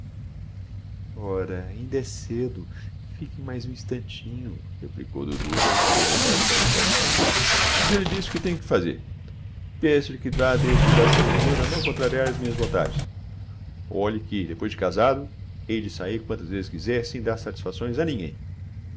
ora ainda é cedo fique mais um instantinho replicou dudu sem se levantar do canapé já lhe disse que tenho o que fazer peço-lhe que vá desde já se habituando a não contrariar as minhas vontades olhe que depois de casado hei de sair quantas vezes quiser sem dar satisfações a ninguém